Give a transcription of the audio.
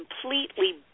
completely